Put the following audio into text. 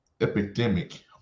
epidemic